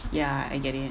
ya I get it